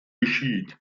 geschieht